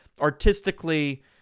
artistically